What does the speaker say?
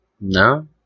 No